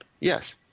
Yes